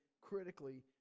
critically